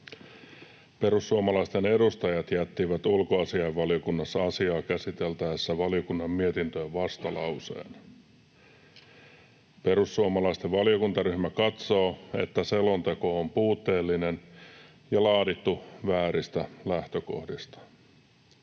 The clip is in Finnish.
Perussuomalaisten edustajat jättivät ulkoasiainvaliokunnassa asiaa käsiteltäessä valiokunnan mietintöön vastalauseen. Perussuomalaisten valiokuntaryhmä katsoo, että selonteko on puutteellinen ja laadittu vääristä lähtökohdista.